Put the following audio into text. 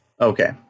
Okay